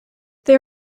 they